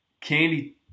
candy